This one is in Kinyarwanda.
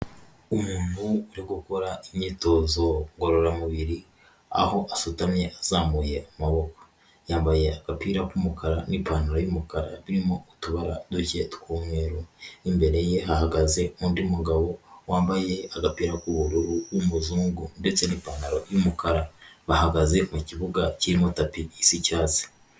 Umuntu uri gukora imyitozo ngororamubiri, aho asutamye azamuye amaboko, yambaye agapira k'umukara n'ipantaro y'umukara, birimo utubara duke tw'umweru, imbere ye hahagaze undi mugabo wambaye agapira k'ubururu w'umuzungu ndetse n'ipantaro y'umukara, bahagaze mu kibuga kirimo tapi isa icyatsi.